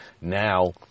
now